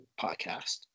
podcast